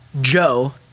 Joe